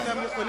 אני מבקש לסיים.